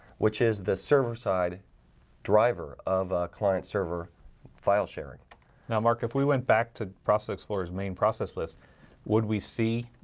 which is the server side driver of client server file-sharing now mark, if we went back to process explorers main process list would we see?